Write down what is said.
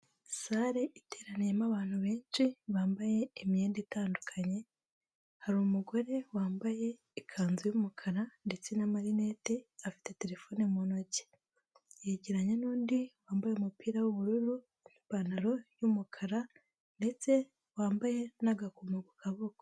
Sare iteraniyemo abantu benshi bambaye imyenda itandukanye, hari umugore wambaye ikanzu y'umukara ndetse n'amarinete afite terefone mu ntoki, yegeranya n'undi wambaye umupira w'ubururu ku ipantaro y'umukara ndetse wambaye n'agakoma ku kaboko.